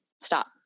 stop